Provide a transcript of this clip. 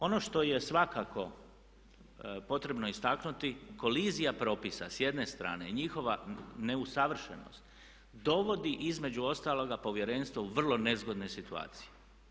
Ono što je svakako potrebno istaknuti kolizija propisa s jedne strane i njihova neusavršenost dovodi između ostaloga povjerenstvo u vrlo nezgodne situacije.